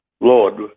Lord